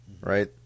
right